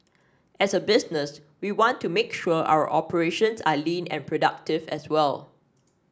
as a business we want to make sure our operations are lean and productive as well